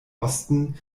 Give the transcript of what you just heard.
osten